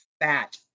fat